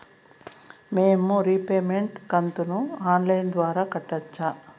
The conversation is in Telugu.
మేము రీపేమెంట్ కంతును ఆన్ లైను ద్వారా కట్టొచ్చా